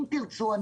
אם תרצו,